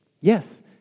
Yes